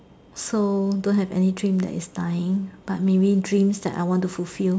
so don't have any dream that is dying but maybe dreams that I want to fulfill